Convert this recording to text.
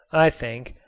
i think,